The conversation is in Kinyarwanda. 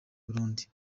burundi